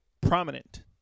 prominent